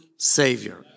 Savior